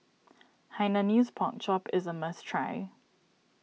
Hainanese Pork Chop is a must try